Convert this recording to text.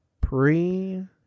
pre